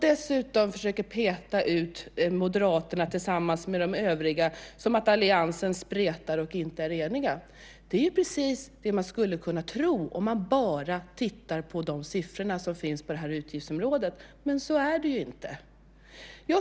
Dessutom försöker han peta ut Moderaterna tillsammans med de övriga och säger att alliansen spretar och inte är enig. Det är precis det som man skulle kunna tro om man bara tittar på de siffror som finns på det här utgiftsområdet. Men det är inte så.